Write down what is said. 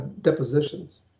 depositions